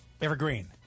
Evergreen